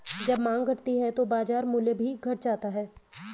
जब माँग घटती है तो बाजार मूल्य भी घट जाता है